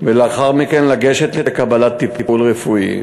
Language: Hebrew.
ולאחר מכן לגשת לקבלת טיפול רפואי.